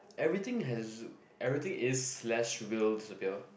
everything has everything is less will disappear